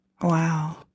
Wow